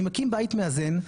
אני מקים בית מאזן,